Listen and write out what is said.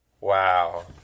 wow